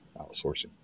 outsourcing